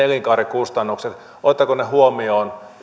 elinkaarikustannukset huomioon